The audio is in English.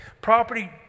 Property